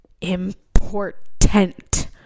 Important